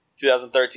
2013